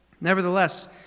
Nevertheless